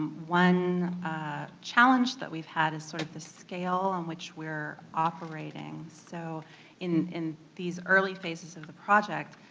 one challenge that we've had is sort of the scale in which we're operating so in in these early phases of the project,